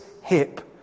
hip